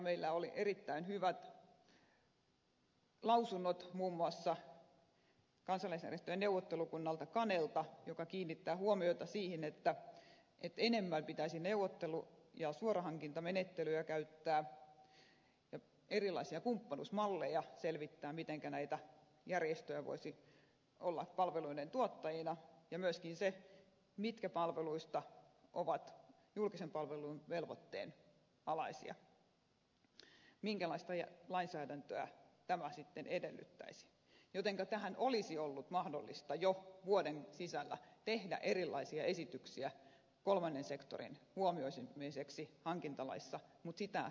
meillä oli erittäin hyvät lausunnot muun muassa kansalaisjärjestöjen neuvottelukunnalta kanelta joka kiinnittää huomiota siihen että enemmän pitäisi neuvottelu ja suorahankintamenettelyjä käyttää ja erilaisia kumppanuusmalleja selvittää mitenkä näitä järjestöjä voisi olla palveluiden tuottajina ja myöskin se mitkä palveluista ovat julkisen palvelun velvoitteen alaisia minkälaista lainsäädäntöä tämä sitten edellyttäisi jotenka tähän olisi ollut mahdollista jo vuoden sisällä tehdä erilaisia esityksiä kolmannen sektorin huomioimiseksi hankintalaissa mutta sitä ei ollut tehty